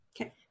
Okay